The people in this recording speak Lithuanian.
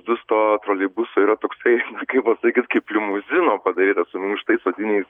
sustojo troleibusai yra toksai kaip pasakyt kaip limuzino padarytas su minkštais odiniais